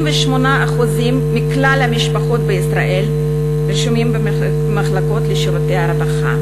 28% מכלל המשפחות בישראל רשומות במחלקות לשירותי הרווחה,